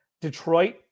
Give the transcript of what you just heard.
Detroit